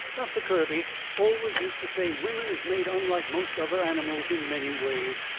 doctor kirby always use to say women is made unlike most other animals in many ways.